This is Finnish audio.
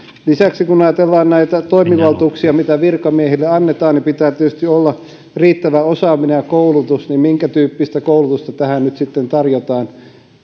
lisäksi kun ajatellaan näitä toimivaltuuksia mitä virkamiehille annetaan pitää tietysti olla riittävä osaaminen ja koulutus minkätyyppistä koulutusta tähän nyt sitten tarjotaan